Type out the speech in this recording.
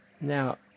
now